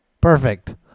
Perfect